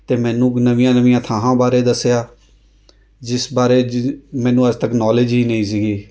ਅਤੇ ਮੈਨੂੰ ਨਵੀਂਆਂ ਨਵੀਂਆਂ ਥਾਵਾਂ ਬਾਰੇ ਦੱਸਿਆ ਜਿਸ ਬਾਰੇ ਜਿ ਮੈਨੂੰ ਅੱਜ ਤੱਕ ਨੌਲੇਜ ਹੀ ਨਹੀਂ ਸੀਗੀ